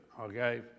okay